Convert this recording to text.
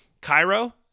cairo